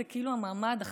זה כאילו המעמד הכי,